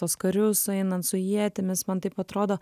tuos karius einant su ietimis man taip atrodo